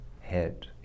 head